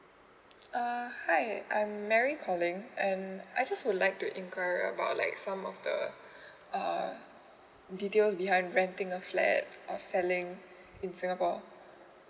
uh hi I'm very correct um I just would like to inquire about like some of the uh uh details ya I renting a flat uh selling in singapore